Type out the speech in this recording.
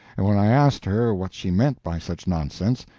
and when i asked her what she meant by such nonsense,